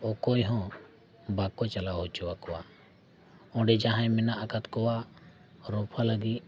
ᱚᱠᱚᱭ ᱦᱚᱸ ᱵᱟᱠᱚ ᱪᱟᱞᱟᱣ ᱦᱚᱪᱚ ᱟᱠᱚᱣᱟ ᱚᱸᱰᱮ ᱡᱟᱦᱟᱸᱭ ᱢᱮᱱᱟᱜ ᱟᱠᱟᱫ ᱠᱚᱣᱟ ᱨᱚᱯᱷᱟ ᱞᱟᱹᱜᱤᱫ